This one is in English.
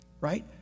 Right